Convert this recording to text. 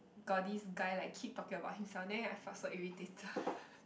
got this guy like keep talking about himself then I felt so irritated